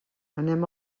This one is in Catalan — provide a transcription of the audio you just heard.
anem